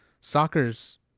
soccer's